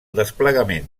desplegament